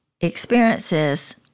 experiences